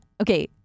Okay